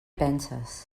penses